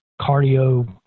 cardio